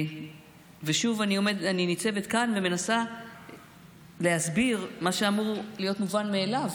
ושוב אני ניצבת כאן ומנסה להסביר את מה שאמור להיות מובן מאליו,